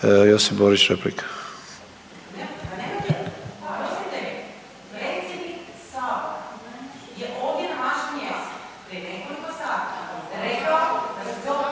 Josip Borić replika.